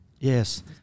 Yes